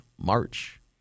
March